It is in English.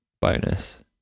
bonus